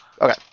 Okay